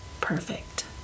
perfect